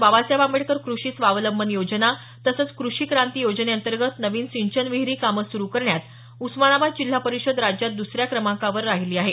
बाबासाहेब आंबेडकर कृषी स्वावलंबन योजना तसंच कृषी क्रांती योजनेंतर्गत नवीन सिंचन विहिरी कामं सुरू करण्यात उस्मानाबाद जिल्हा परिषद राज्यात दुसऱ्या क्रमांकावर राहिली आहे